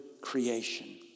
creation